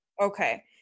Okay